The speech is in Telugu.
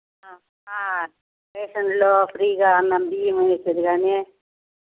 రేషన్లో ఫ్రీగా అన్నం బియ్యం వేసేది గానీ